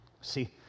See